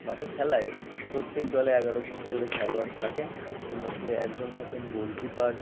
মাঠে খেলায় প্রত্যেক দলে এগারো জন করে খেলোয়াড় থাকেন এর মধ্যে একজন থাকেন গোলকিপার